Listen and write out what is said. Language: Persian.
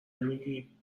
نمیگی